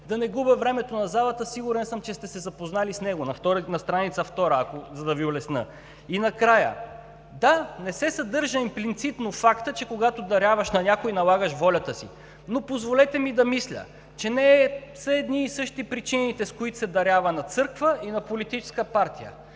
да не губя времето на залата – сигурен съм, че сте се запознали с тях – на страница втора. И накрая. Да, не се съдържа имплицитно фактът, че когато даряваш на някой, налагаш волята си. Позволете ми да мисля обаче, че не са едни и същи причините, с които се дарява на църква и на политическа партия.